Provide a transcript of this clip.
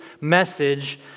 message